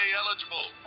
eligible